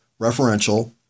referential